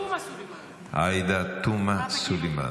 עאידה תומא סלימאן.